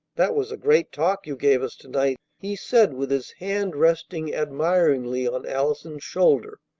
that was a great talk you gave us to-night, he said with his hand resting admiringly on allison's shoulder.